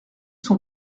son